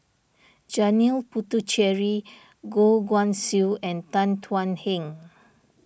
Janil Puthucheary Goh Guan Siew and Tan Thuan Heng